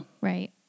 Right